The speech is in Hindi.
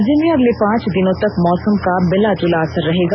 राज्य में अगले पांच दिनों तक मौसम का मिला जुला असर रहेगा